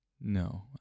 No